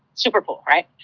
super cool, right?